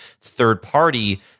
third-party